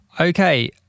Okay